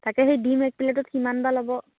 তাকে সেই ডিম এক প্লেটত কিমান বা ল'ব